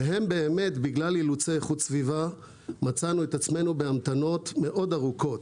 ובגלל אילוצי איכות סביבה מצאנו את עצמנו בהמתנות מאוד ארוכות.